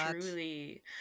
Truly